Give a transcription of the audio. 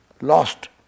lost